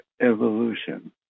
evolution